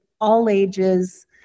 all-ages